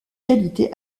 qualité